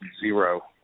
Zero